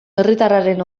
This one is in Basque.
herritarraren